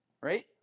Right